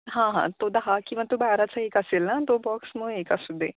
हां हां तो दहा किंवा तो बाराचा एक असेल ना तो बॉक्स मग एक असू दे